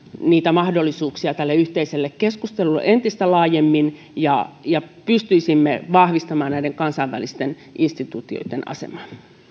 niitä mahdollisuuksia tälle yhteiselle keskustelulle entistä laajemmin ja ja pystyisimme vahvistamaan näiden kansainvälisten instituutioitten asemaa